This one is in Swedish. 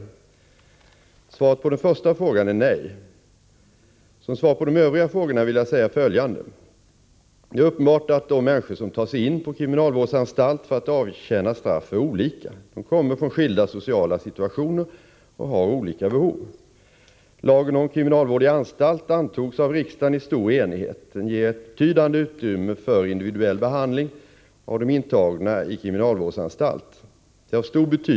Svaret på den första frågan är nej. Som svar på de övriga frågorna vill jag säga följande. Det är uppenbart att de människor som tas in på kriminalvårdsanstalt för att avtjäna straff är olika. De kommer från skilda sociala situationer och har olika behov. Lagen om kriminalvård i anstalt antogs av riksdagen i stor enighet. Den ger ett betydande utrymme för individuell behandling av de intagna i kriminalvårdsanstalt.